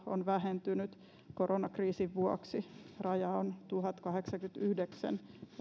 on vähentynyt koronakriisin vuoksi raja on tuhatkahdeksankymmentäyhdeksän